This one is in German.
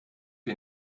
wir